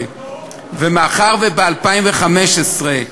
ומאחר שב-2015,